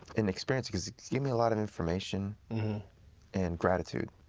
an experience, because it gave me a lot of information and gratitude.